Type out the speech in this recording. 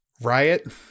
Riot